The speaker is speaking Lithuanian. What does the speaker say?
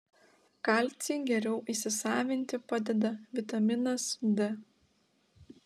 kalcį geriau įsisavinti padeda vitaminas d